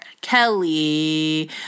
Kelly